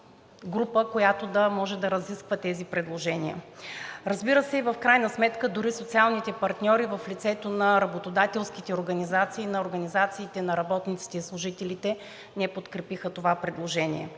която да може да разисква тези предложения. Разбира се, и в крайна сметка дори социалните партньори в лицето на работодателските организации, на организациите на работниците и служителите не подкрепиха това предложение,